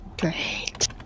Great